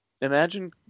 imagine